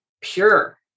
pure